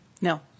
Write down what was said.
No